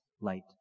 light